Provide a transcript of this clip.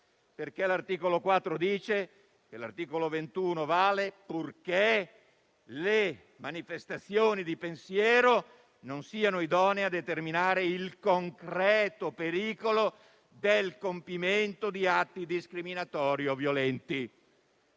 con una legge ordinaria - vale purché le manifestazioni di pensiero non siano «idonee a determinare il concreto pericolo del compimento di atti discriminatori o violenti».